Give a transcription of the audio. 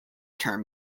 term